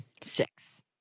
Six